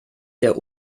der